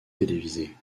télévisés